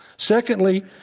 secondly,